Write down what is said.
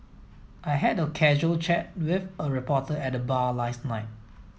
I had a casual chat with a reporter at the bar last night